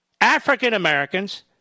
African-Americans